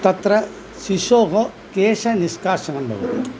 तत्र शिशोः केशनिष्कासनं भवति